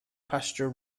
passenger